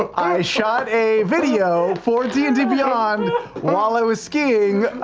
i shot a video for d and d beyond while i was skiing.